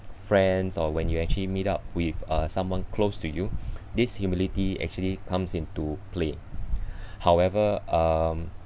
friends or when you actually meet up with uh someone close to you this humility actually comes into play however um